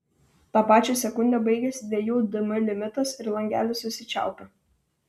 tą pačią sekundę baigiasi dviejų dm limitas ir langelis susičiaupia